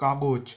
কাগজ